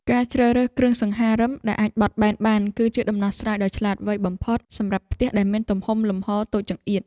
ការជ្រើសរើសគ្រឿងសង្ហារិមដែលអាចបត់បែនបានគឺជាដំណោះស្រាយដ៏ឆ្លាតវៃបំផុតសម្រាប់ផ្ទះដែលមានទំហំលំហរតូចចង្អៀត។